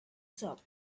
shop